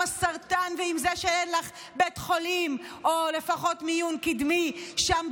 עם הסרטן ועם זה שאין לך בית חולים או לפחות מיון קדמי שם,